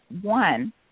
One